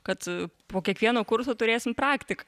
kad po kiekvieno kurso turėsim praktiką